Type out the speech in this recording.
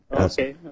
Okay